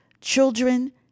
children